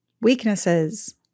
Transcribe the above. Weaknesses